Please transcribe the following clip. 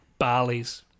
Barleys